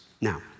now